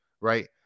right